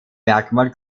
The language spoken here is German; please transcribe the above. merkmal